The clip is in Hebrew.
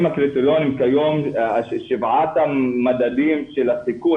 האם שבעת המדדים של התקון,